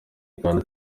uganda